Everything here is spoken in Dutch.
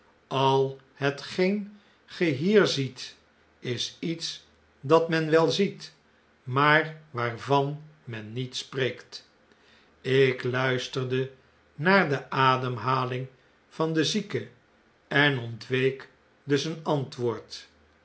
al hetgeen ge hier ziet is iets dat men wel ziet maar waarvan men niet spreekt ik luisterde naar de ademhaling van den zieke en ontweek dus een antwoord